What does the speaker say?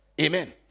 amen